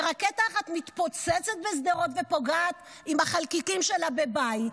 ורקטה אחת מתפוצצת בשדרות ופוגעת עם החלקיקים שלה בבית,